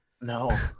No